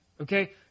Okay